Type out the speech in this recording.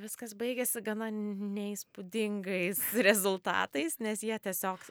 viskas baigėsi gana neįspūdingais rezultatais nes jie tiesiog